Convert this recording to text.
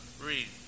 Read